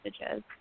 messages